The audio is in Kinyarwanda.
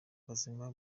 buzima